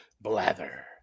Blather